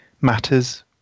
matters